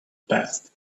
passed